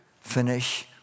finish